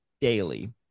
daily